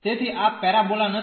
તેથી આ પેરાબોલા નથી